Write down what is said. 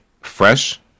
fresh